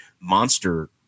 Monster